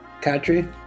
Katri